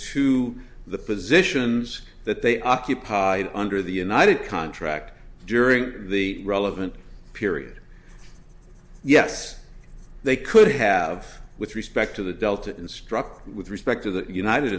to the positions that they occupied under the united contract during the relevant period yes they could have with respect to the delta instructor with respect to the united